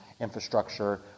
infrastructure